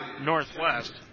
Northwest